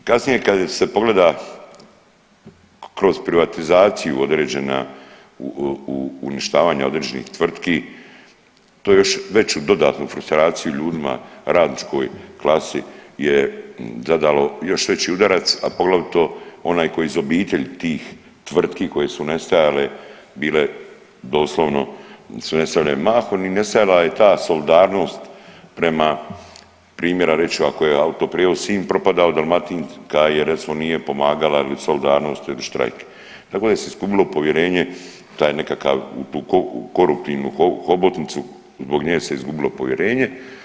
I kasnije kad se pogleda kroz privatizaciju određena uništavanje određenih tvrtki to još veću dodatnu frustraciju ljudima, radničkoj klasi je zadalo još veći udarac, a poglavito onaj ko iz obitelji tih tvrtki koje su nestajale bile doslovno su nestajale mahom i nestala je ta solidarnost prema, primjera reću ako je Autoprijevoz Sinj propadao, Dalmatinka je recimo nije pomagala ili solidarnost ili štrajk, tako da je se izgubilo povjerenje u taj nekakav u tu koruptivnu hobotnicu zbog nje se izgubilo povjerenje.